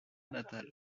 natal